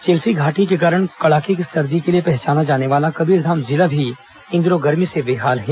चिल्फी घाटी के कारण कड़ाके की सर्दी के लिए पहचाना जाने वाला कबीरधाम जिला भी इन दिनों गर्मी से बेहाल है